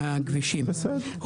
זה כביש מסוכן,